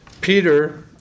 Peter